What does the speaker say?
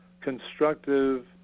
constructive